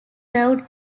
served